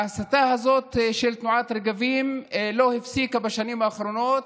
ההסתה הזאת של תנועת רגבים לא הפסיקה בשנים האחרונות,